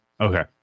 Okay